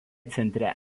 centre